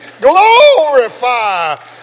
glorify